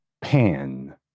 Pan